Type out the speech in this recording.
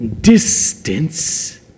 distance